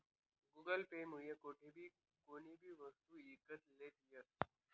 Google Pay मुये कोठेबी कोणीबी वस्तू ईकत लेता यस